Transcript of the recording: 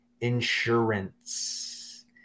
insurance